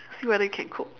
see whether you can cook